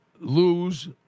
Lose